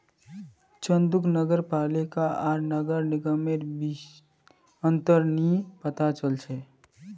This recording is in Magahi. चंदूक नगर पालिका आर नगर निगमेर बीच अंतर नइ पता छ